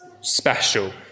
special